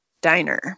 diner